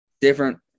Different